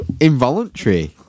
involuntary